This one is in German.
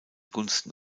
gunsten